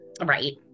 Right